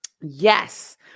Yes